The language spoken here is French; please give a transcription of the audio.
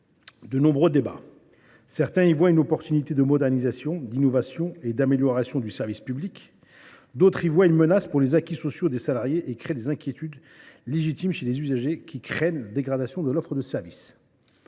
de nombreux débats. Certains y voient une opportunité de modernisation, d’innovation et d’amélioration du service public, d’autres une menace pour les acquis sociaux des salariés, sans compter les inquiétudes légitimes des usagers, qui redoutent la dégradation de l’offre de service.